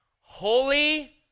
Holy